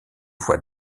voies